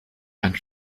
and